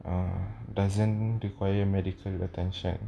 ah doesn't require medical attention